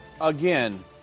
Again